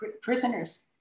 prisoners